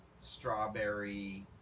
strawberry